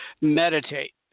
meditate